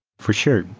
for sure.